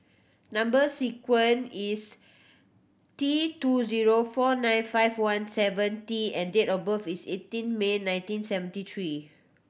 number sequence is T two zero four nine five one seven T and date of birth is eighteen May nineteen seventy three